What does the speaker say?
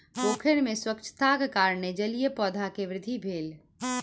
पोखैर में स्वच्छताक कारणेँ जलीय पौधा के वृद्धि भेल